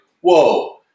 whoa